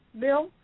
Bill